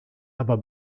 aber